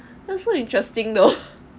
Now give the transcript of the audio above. that's so interesting though